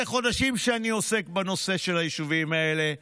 זה חודשים שאני עוסק בנושא של היישובים האלה,